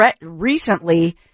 recently